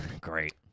Great